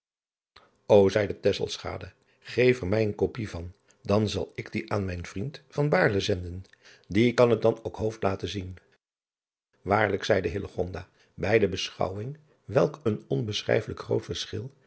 geef er mij een kopij van dan zal ik die aan mijn vriend zenden die kan het dan ook laten zien aarlijk zeide bij de beschouwing welk een onbeschrijfelijk groot verschil